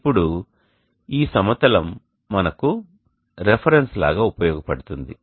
ఇప్పుడు ఈ సమతలం మనకు రిఫరెన్స్ లాగా ఉపయోగపడుతుంది